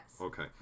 Okay